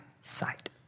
sight